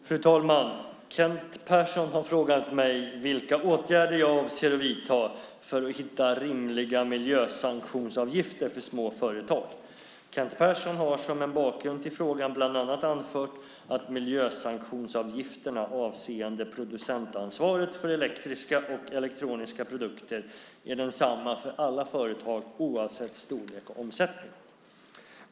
Fru talman! Kent Persson har frågat mig vilka åtgärder jag avser att vidta för att hitta rimliga miljösanktionsavgifter för små företag. Kent Persson har som en bakgrund till frågan bland annat anfört att miljösanktionsavgifterna avseende producentansvaret för elektriska och elektroniska produkter är desamma för alla företag, oavsett storlek och omsättning.